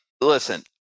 listen